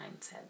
mindset